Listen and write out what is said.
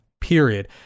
period